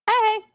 Hey